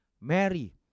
Mary